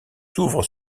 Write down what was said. s’ouvrent